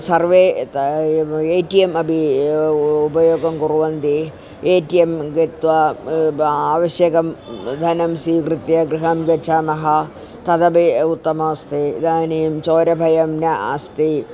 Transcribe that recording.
सर्वे ता A T M अपि उपयोगं कुर्वन्ति ए टि यम् गत्वा आवश्यकं धनं स्वीकृत्य गृहं गच्छामः तदपि उत्तममस्ति इदानीं चोरभयं न अस्ति